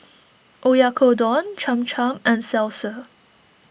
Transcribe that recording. Oyakodon Cham Cham and Salsa